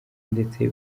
ndetse